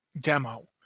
demo